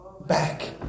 back